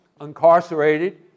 incarcerated